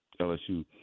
LSU